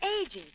ages